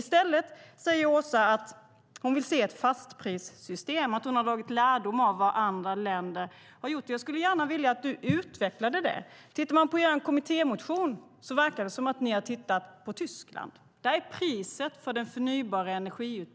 I stället säger Åsa Romson att hon vill se ett fastprissystem och att hon dragit lärdom av vad andra länder gjort. Jag skulle gärna vilja att du utvecklade det, Åsa. Tittar man på er kommittémotion verkar det som att ni har tittat på Tyskland. Där är priset för utbyggnaden av förnybar energi